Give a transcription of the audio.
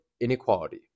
inequality